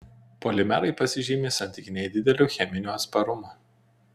polimerai pasižymi santykinai dideliu cheminiu atsparumu